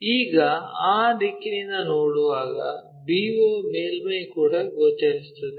ಈಗ ಆ ದಿಕ್ಕಿನಿಂದ ನೋಡುವಾಗ b o ಮೇಲ್ಮೈ ಕೂಡ ಗೋಚರಿಸುತ್ತದೆ